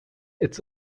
its